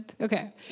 Okay